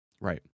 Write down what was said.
Right